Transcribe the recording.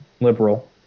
liberal